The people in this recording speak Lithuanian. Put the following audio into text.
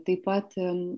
taip pat